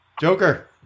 Joker